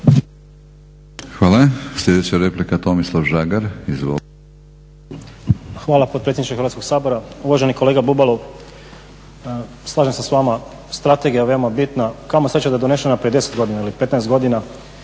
Hvala. Sljedeća replika Tomislav Žagar. Izvolite. **Žagar, Tomislav (SDP)** Hvala potpredsjedniče Hrvatskog saboru. Uvaženi kolega Bubalo, slažem se s vama strategija je veoma bitna, kamo sreće da je donešena prije 10 godina ili 15 godina